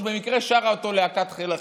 במקרה שרה אותו להקת חיל החינוך,